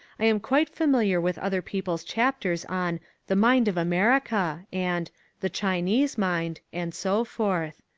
i am quite familiar with other people's chapters on the mind of america, and the chinese mind, and so forth.